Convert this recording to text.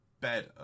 better